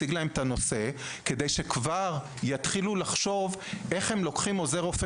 כדי שיתחילו לחשוב איך הם לוקחים עוזר רופא